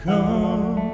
Come